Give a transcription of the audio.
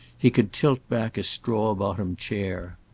he could tilt back a straw-bottomed chair.